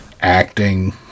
acting